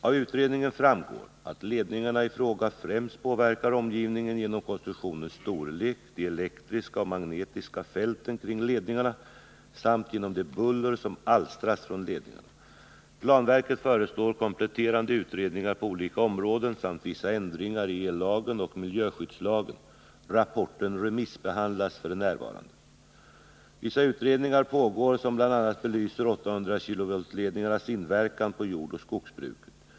Av utredningen framgår att ledningarna i fråga påverkar omgivningen främst genom konstruktionens storlek, de elektriska och magnetiska fälten kring ledningarna samt genom det buller som alstras från ledningarna. Planverket föreslår kompletterande utredningar på olika områden samt vissa ändringar i ellagen och miljöskyddslagen. Rapporten remissbehandlas f. n. Vissa utredningar pågår som bl.a. belyser 800 kV-ledningarnas inverkan på jordoch skogsbruket.